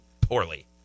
poorly